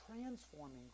transforming